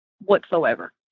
whatsoever